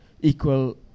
equal